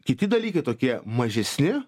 kiti dalykai tokie mažesni